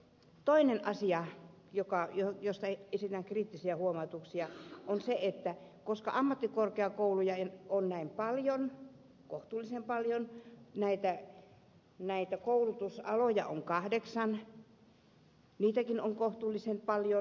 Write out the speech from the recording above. toinen asia josta esitän kriittisiä huomautuksia on se että ammattikorkeakouluja on näin paljon kohtuullisen paljon ja näitä koulutusaloja on kahdeksan niitäkin on kohtuullisen paljon